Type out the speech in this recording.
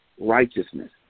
righteousness